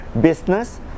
business